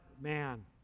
man